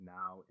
now